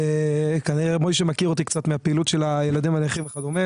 כנראה מויש'ה מכיר אותי קצת מהפעילות של הילדים הנכים וכדומה.